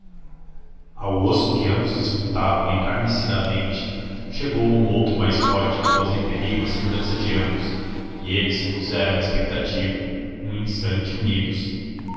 ao osso que ambos disputavam encarniçadamente chegou um outro mais forte que pôs em perigo a segurança de ambos e eles se puseram em expectativa um instante unidos